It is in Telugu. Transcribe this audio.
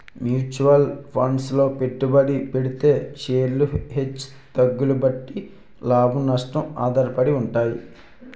మ్యూచువల్ ఫండ్సు లో పెట్టుబడి పెడితే షేర్లు హెచ్చు తగ్గుల బట్టి లాభం, నష్టం ఆధారపడి ఉంటాయి